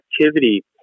activity